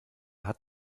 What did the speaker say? hat